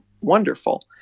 wonderful